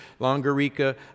Longarica